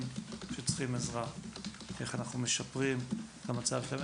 שצריכים עזרה ואיך אנחנו משפרים את המצב שלהם.